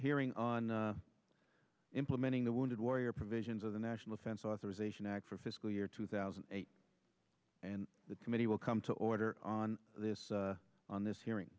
hearing on implementing the wounded warrior provisions of the national defense authorization act for fiscal year two thousand and eight and the committee will come to order on this on this hearing